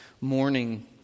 morning